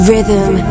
Rhythm